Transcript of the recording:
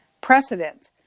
precedent